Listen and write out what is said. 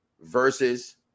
versus